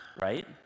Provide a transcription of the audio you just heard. right